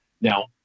Now